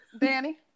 Danny